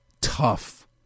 tough